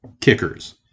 kickers